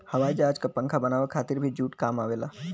हवाई जहाज क पंखा बनावे के खातिर भी जूट काम आवेला